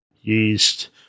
yeast